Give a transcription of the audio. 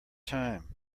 time